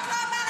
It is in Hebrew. אחמד טיבי משקר.